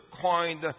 coined